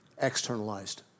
externalized